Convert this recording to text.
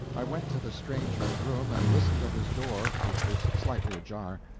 i went to the stranger's room, and listened at his door, which was slightly ajar.